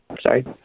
Sorry